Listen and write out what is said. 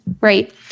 right